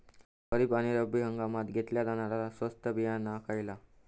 खरीप आणि रब्बी हंगामात घेतला जाणारा स्वस्त बियाणा खयला?